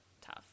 tough